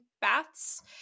baths